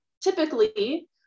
typically